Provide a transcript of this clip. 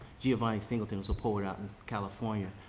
giovanni singleton was a poet out in california.